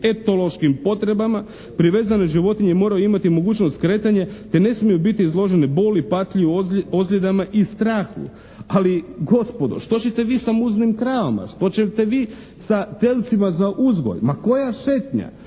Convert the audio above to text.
etološkim potrebama. Privezane životinje moraju imati mogućnost kretanja, te ne smiju biti izložene boli, patnji, ozljedama i strahu. Ali gospodo, što ćete vi sa muznim kravama. Što ćete vi sa telcima za uzgoj. Ma koja šetnja?